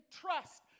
trust